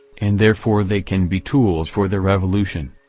and therefore they can be tools for the revolution.